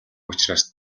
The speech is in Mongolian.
учраас